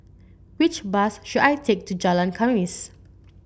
which bus should I take to Jalan Khamis